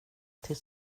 till